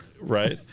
right